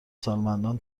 سالمندان